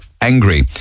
angry